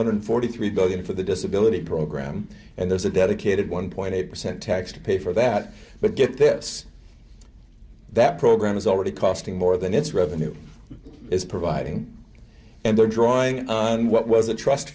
hundred forty three billion for the disability program and there's a dedicated one point eight percent tax to pay for that but get this that program is already costing more than it's revenue is providing and they're drawing on what was a trust